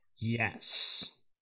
Yes